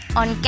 on